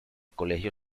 colegio